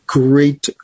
great